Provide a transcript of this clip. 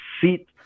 seat